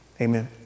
Amen